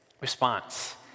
response